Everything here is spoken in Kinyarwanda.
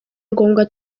ngombwa